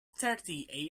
thirty